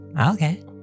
Okay